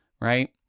right